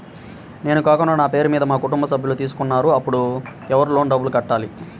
నేను కాకుండా నా పేరు మీద మా కుటుంబ సభ్యులు తీసుకున్నారు అప్పుడు ఎవరు లోన్ డబ్బులు కట్టాలి?